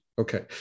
Okay